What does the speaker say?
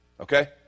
Okay